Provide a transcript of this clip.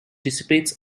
dissipates